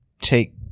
take